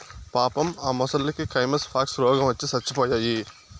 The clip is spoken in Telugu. పాపం ఆ మొసల్లకి కైమస్ పాక్స్ రోగవచ్చి సచ్చిపోయాయి